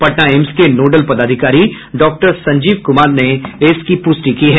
Patna AIIMS के nodal पदाधिकारी doctor Sanjeev Kumar ने इसकी पुष्टि की है